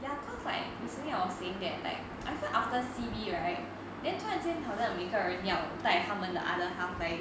ya cause like recently I was saying that like 好像 after C_B right then 突然间好像每个人要带他们的 the other half 来